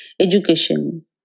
education